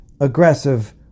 aggressive